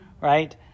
right